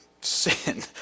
sin